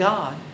God